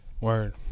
Word